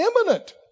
imminent